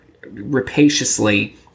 rapaciously